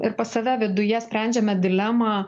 ir pas save viduje sprendžiame dilemą